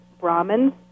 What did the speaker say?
Brahmins